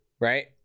Right